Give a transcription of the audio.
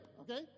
okay